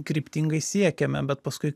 kryptingai siekėme bet paskui